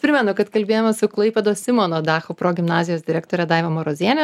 primenu kad kalbėjome su klaipėdos simono dacho progimnazijos direktorė daiva maroziene